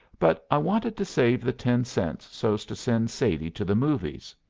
but i wanted to save the ten cents so's to send sadie to the movies.